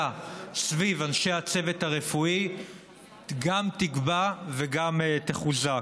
סביב אנשי הצוות הרפואי גם תגבה וגם תחוזק.